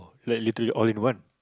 like literally all in one